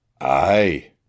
Aye